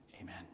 Amen